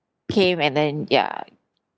came and then ya